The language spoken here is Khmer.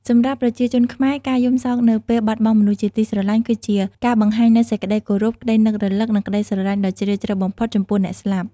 សម្រាប់ប្រជាជនខ្មែរ ការយំសោកនៅពេលបាត់បង់មនុស្សជាទីស្រឡាញ់ គឺជាការបង្ហាញនូវសេចក្តីគោរព ក្តីនឹករលឹក និងក្តីស្រឡាញ់ដ៏ជ្រាលជ្រៅបំផុតចំពោះអ្នកស្លាប់។